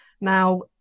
now